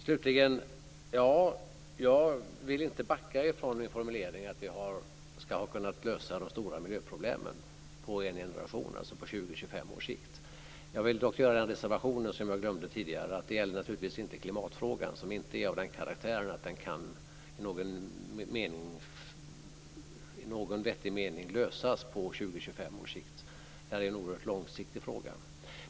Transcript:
Slutligen vill jag inte backa från min formulering att vi ska kunna lösa de stora miljöproblemen på en generation, alltså på 20-25 års sikt. Jag vill dock göra en reservation som jag glömde tidigare, nämligen att det naturligtvis inte gäller klimatfrågan som inte är av den karaktären att den i någon vettig mening kan lösas på 20-25 års sikt. Detta är en oerhört långsiktig fråga.